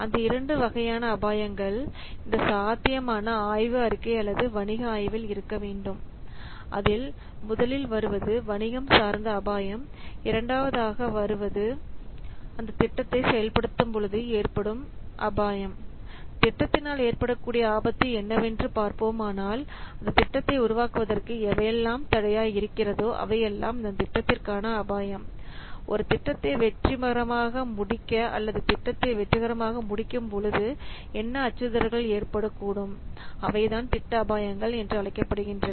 இந்த இரண்டு வகையான அபாயங்கள் இந்த சாத்தியமான ஆய்வு அறிக்கை அல்லது வணிக ஆய்வில் இருக்க வேண்டும் அதில் முதலில் வருவது வணிகம் சார்ந்த அபாயம் இரண்டாவதாக வருவது அந்த திட்டத்தை செயல்படுத்தும் பொழுது ஏற்படும் அபாயம் திட்டத்தினால் ஏற்படக்கூடிய ஆபத்து என்னவென்று பார்ப்போமானால் அந்த திட்டத்தை உருவாக்குவதற்கு எவையெல்லாம் தடையாய் இருக்கிறதோ அவையெல்லாம் அந்த திட்டத்திற்கான அபாயம் ஒரு திட்டத்தை வெற்றிகரமாக முடிக்க அல்லது திட்டத்தை வெற்றிகரமாக முடிக்கும் போது என்ன அச்சுறுத்தல்கள் ஏற்படக்கூடும் அவைதான் திட்ட அபாயங்கள் என்று அழைக்கப்படுகின்றன